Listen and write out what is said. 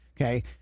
Okay